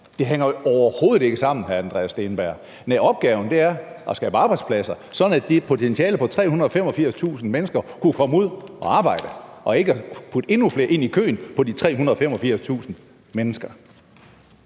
Det hænger overhovedet ikke sammen, hr. Andreas Steenberg. Næh, opgaven er at skabe arbejdspladser, sådan at det potentiale på 385.000 mennesker kan komme ud at arbejde – og ikke at putte endnu flere ind i køen med de 385.000 mennesker.